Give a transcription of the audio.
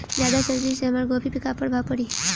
ज्यादा सर्दी से हमार गोभी पे का प्रभाव पड़ी?